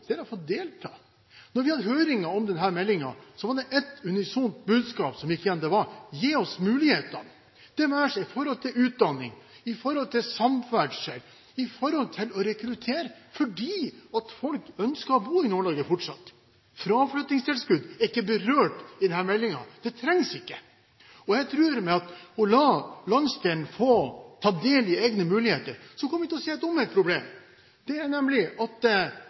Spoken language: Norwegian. er det å få delta. Da vi hadde høring om denne meldingen, var det ett unisont budskap som gikk igjen: Gi oss mulighetene – det være seg i forhold til utdanning, til samferdsel og til rekruttering. Folk ønsker å bo i Nord-Norge fortsatt. Fraflyttingstilskudd er ikke berørt i denne meldingen – det trengs ikke. Jeg tror at ved å la landsdelen få ta del i egne muligheter kommer vi til å se et omvendt problem, nemlig at